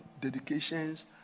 dedications